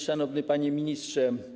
Szanowny Panie Ministrze!